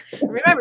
Remember